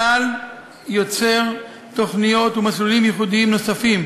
צה"ל יוצר תוכניות ומסלולים ייחודיים נוספים